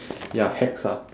ya hex ah